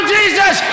Jesus